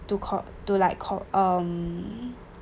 to call to like call um